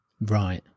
right